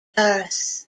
earth